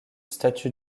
statue